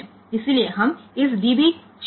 તેથી પછી આપણે આ db 0 પર જઈશું